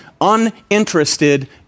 uninterested